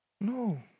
No